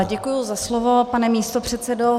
Děkuji za slovo, pane místopředsedo.